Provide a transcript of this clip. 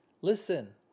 Listen